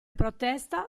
protesta